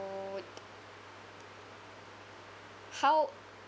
how